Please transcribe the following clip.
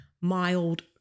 mild